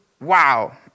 wow